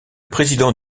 président